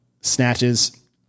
snatches